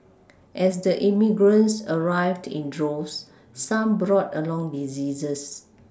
as the immigrants arrived in droves some brought along diseases